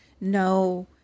no